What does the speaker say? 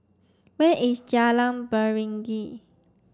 where is Jalan Beringin